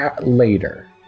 later